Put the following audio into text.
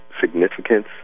significance